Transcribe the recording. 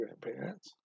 grandparents